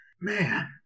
Man